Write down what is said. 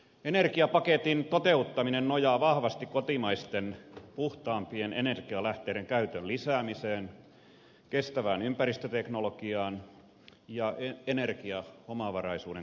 energiapaketin toteuttaminen nojaa vahvasti kotimaisten puhtaampien energialähteiden käytön lisäämiseen kestävään ympäristöteknologiaan ja energiaomavaraisuuden kasvuun